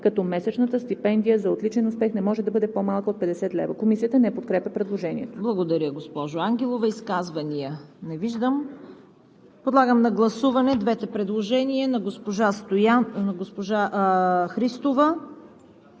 „като месечната стипендия за отличен успех не може да бъде по-малка от 50 лева.“ Комисията не подкрепя предложението. ПРЕДСЕДАТЕЛ ЦВЕТА КАРАЯНЧЕВА: Изказвания? Не виждам. Подлагам на гласуване двете предложения на госпожа Христова